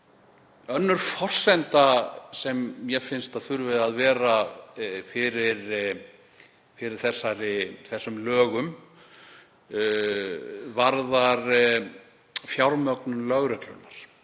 Önnur forsenda sem mér finnst að þurfi að vera fyrir þessum lögum varðar fjármögnun lögreglunnar.